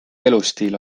elustiil